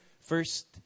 first